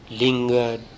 lingered